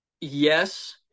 yes